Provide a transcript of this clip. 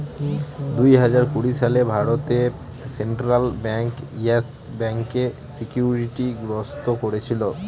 দুই হাজার কুড়ি সালে ভারতে সেন্ট্রাল ব্যাঙ্ক ইয়েস ব্যাঙ্কে সিকিউরিটি গ্রস্ত করেছিল